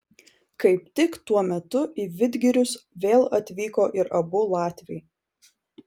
kaip tik tuo metu į vidgirius vėl atvyko ir abu latviai